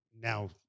now